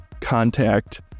contact